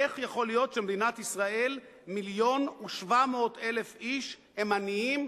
איך יכול להיות שבמדינת ישראל מיליון ו-700,000 איש הם עניים,